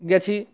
গেছি